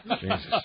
Jesus